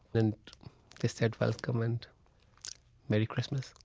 and they said, welcome, and merry christmas.